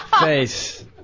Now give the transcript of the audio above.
Face